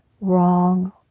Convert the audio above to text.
wrong